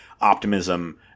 optimism